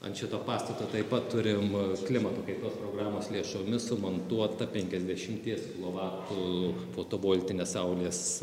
ant šito pastato taip pat turim klimato kaitos programos lėšomis sumontuotą penkiasdešimties kilovatų fotovoltinę saulės